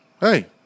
hey